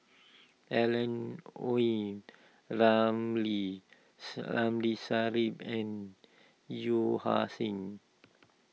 Alan Oei Ramli Ramli Sarip and Yeo Ah Seng